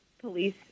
police